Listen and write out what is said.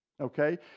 okay